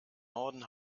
norden